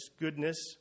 goodness